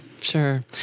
Sure